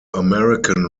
american